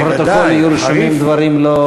כי אחרת בפרוטוקול יהיו רשומים דברים לא טובים.